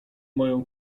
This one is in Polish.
moją